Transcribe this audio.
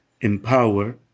empower